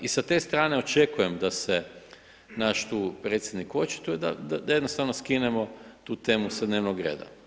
I sa te strane očekujem da se naš predsjednik tu očituje i da jednostavno skinemo tu temu sa dnevnog redu.